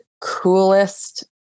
coolest